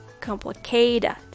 complicated